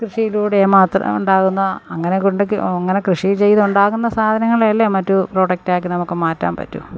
കൃഷിയിലൂടെ മാത്രം ഉണ്ടാകുന്ന അങ്ങനെയൊക്കെ അങ്ങനെ കൃഷി ചെയ്തുണ്ടാകുന്ന സാധനങ്ങളെ അല്ലേ മറ്റു പ്രോഡക്റ്റ് ആക്കി നമുക്ക് മാറ്റാൻ പറ്റു